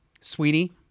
Sweetie